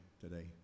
today